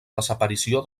desaparició